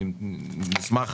נשמח